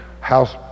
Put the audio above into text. house